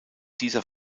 dieser